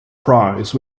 prize